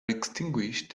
extinguished